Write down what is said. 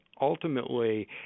ultimately